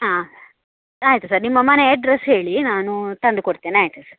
ಹಾಂ ಆಯಿತು ಸರ್ ನಿಮ್ಮ ಮನೆ ಎಡ್ರೆಸ್ ಹೇಳಿ ನಾನು ತಂದುಕೊಡ್ತೇನೆ ಆಯಿತಾ ಸರ್